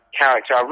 character